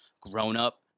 grown-up